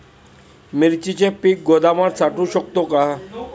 मिरचीचे पीक गोदामात साठवू शकतो का?